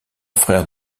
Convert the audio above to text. frère